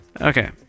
Okay